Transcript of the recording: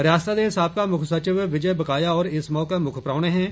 रियास्ता दे साबका मुक्ख सचिव बिजन बकाया होर इस मौके मुक्ख परौहने हे